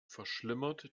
verschlimmert